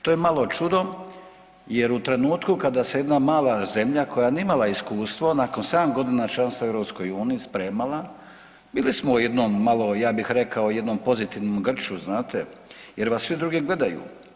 To je malo čudo jer u trenutku kada se jedna mala zemlja koja nije imala iskustvo nakon 7 godina članstva u EU spremala, bili u jednom malo ja bih rekao jednom pozitivnom grču znate jer vas svi drugi gledaju.